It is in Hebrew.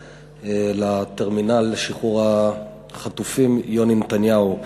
לטרמינל לשחרור החטופים יוני נתניהו.